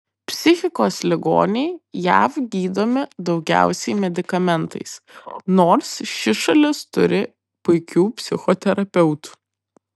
psichikos ligoniai jav gydomi daugiausiai medikamentais nors ši šalis turi puikių psichoterapeutų